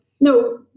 no